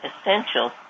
essential